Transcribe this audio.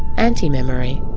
anti-memory.